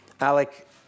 Alec